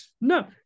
No